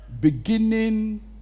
Beginning